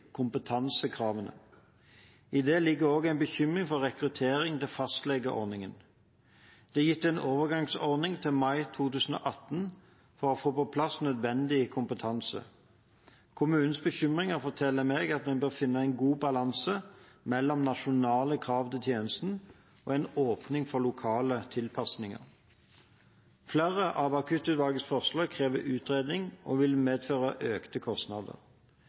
kompetansekravene. I det ligger også en bekymring for rekruttering til fastlegeordningen. Det er gitt en overgangsordning til mai 2018 for å få på plass nødvendig kompetanse. Kommunenes bekymringer forteller meg at vi bør finne en god balanse mellom nasjonale krav til tjenesten og en åpning for lokale tilpasninger. Flere av Akuttutvalgets forslag krever utredning og vil medføre økte kostnader.